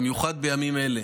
במיוחד בימים אלה,